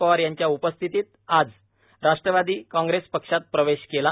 पवार यांच्या उपस्थितीत राष्ट्रवादी काँग्रेस पक्षात प्रवेश केला